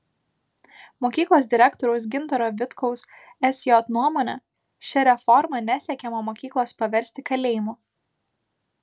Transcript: mokyklos direktoriaus gintaro vitkaus sj nuomone šia reforma nesiekiama mokyklos paversti kalėjimu